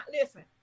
listen